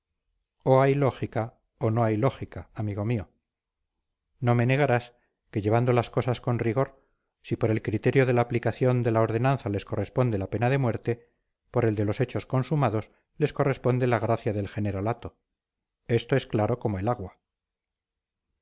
o hay lógica o no hay lógica amigo mío no me negarás que llevando las cosas con rigor si por el criterio de la aplicación de la ordenanza les corresponde la pena de muerte por el de los hechos consumados les corresponde la gracia del generalato esto es claro como el agua